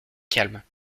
calmes